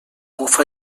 bufa